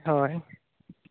ᱦᱳᱭ